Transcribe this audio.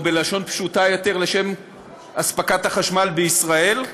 או בלשון פשוטה יותר: לשם אספקת חשמל בישראל,